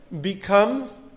becomes